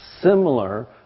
similar